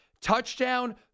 Touchdown